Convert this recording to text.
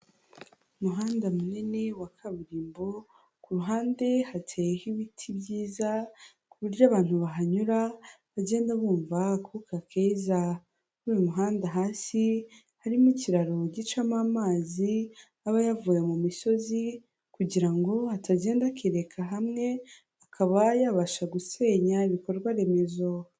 Umuhanda munini wa kaburimbo ku ruhande hateyeho ibiti byiza ku buryo abantu bahanyura bagenda bumva akuka keza, muri uyu muhanda hasi harimo ikiraro gicamo amazi aba yavuye mu misozi kugirango atagenda akerereka hamwe akaba yabasha gusenya ibikorwa remezo.